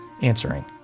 answering